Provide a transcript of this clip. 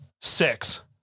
Six